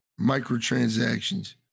microtransactions